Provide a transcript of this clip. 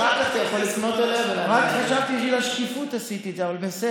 בגלל שקיפות עשיתי את זה, אבל בסדר.